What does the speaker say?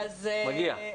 הוא עוד יגיע.